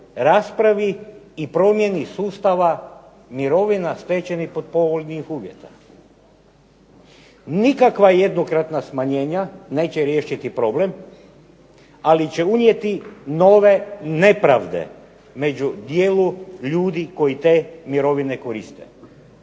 i promjeni sustava mirovina stečenih pod povoljnih uvjeta. Nikakva jednokratna smanjenja neće riješiti problem, ali će unijeti nove nepravde među dijelu ljudi koji te mirovine koriste.